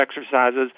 exercises